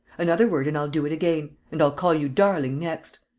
another word and i'll do it again. and i'll call you darling next.